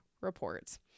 reports